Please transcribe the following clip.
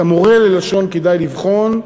את המורה ללשון כדאי לבחון,